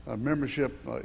membership